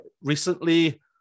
recently